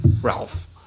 Ralph